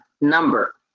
number